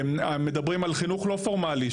מדברים על חינוך לא פורמלי,